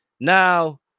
Now